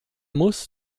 muss